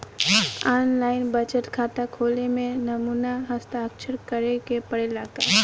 आन line बचत खाता खोले में नमूना हस्ताक्षर करेके पड़ेला का?